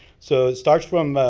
so, it starts from,